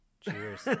Cheers